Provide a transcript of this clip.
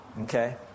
Okay